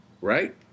Right